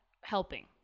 helping